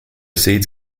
seeds